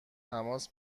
تماس